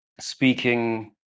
speaking